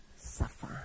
Suffer